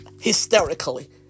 hysterically